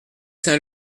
saint